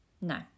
No